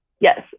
yes